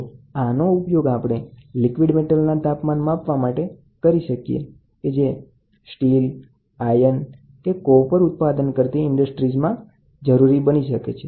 તો આનો ઉપયોગ આપણે લિક્વિડ મેટલના તાપમાન માપવા માટે કરી શકીએ કે ઉદાહરણ તરીકે જ્યારે તમે ક્રુસીબલ તાપમાનને માપવા ઇચ્છો છો આપણને ક્રુસીબલ તાપમાન પોલાદ લોખંડ અથવા તાંબુ ઉત્પાદન કરતી ઈન્ડસ્ટ્રીઝમાં જરૂરી છે